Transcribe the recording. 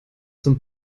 zum